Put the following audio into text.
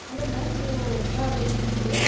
hello ma'am यो travel agency हो